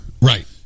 right